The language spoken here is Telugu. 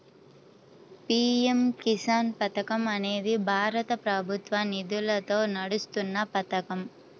పీ.ఎం కిసాన్ పథకం అనేది భారత ప్రభుత్వ నిధులతో నడుస్తున్న పథకం